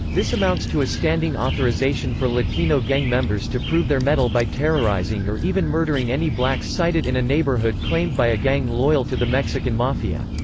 this amounts to a standing authorization for latino gang members to prove their mettle by terrorizing or even murdering any blacks sighted in a neighborhood claimed by a gang loyal to the mexican mafia.